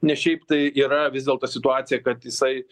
nes šiaip tai yra vis dėlto situacija kad jisai